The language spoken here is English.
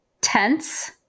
tense